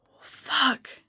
fuck